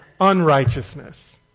unrighteousness